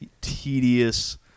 tedious